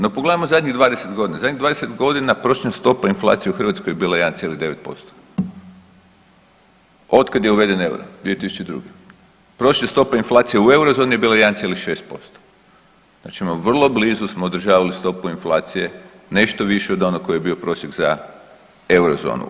No pogledajmo zadnjih 20.g., zadnjih 20.g. prosječna stopa inflacije u Hrvatskoj je bila 1,9% otkad je uveden EUR-o 2002., prošla stopa inflacije u eurozoni je bila 1,6%, znači vrlo blizu smo održavali stopu inflacije nešto više od onog koji je bio prosjek za eurozonu.